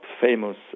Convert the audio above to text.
famous